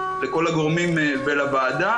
לכל הגורמים ולוועדה,